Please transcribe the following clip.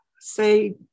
say